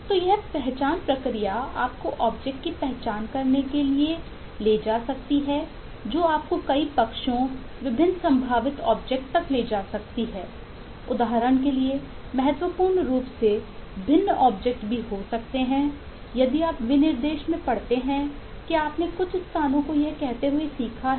तो यह पहचान प्रक्रिया आपको ऑब्जेक्ट की पहचान की जा सकती है